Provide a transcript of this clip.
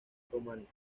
románico